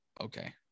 Okay